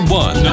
one